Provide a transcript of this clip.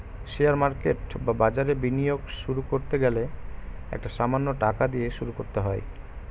share market বা বাজারে বিনিয়োগ শুরু করতে গেলে একটা সামান্য টাকা দিয়ে শুরু করতে হয়